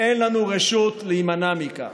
ואין לנו רשות להימנע מכך.